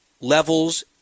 levels